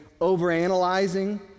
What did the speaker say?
overanalyzing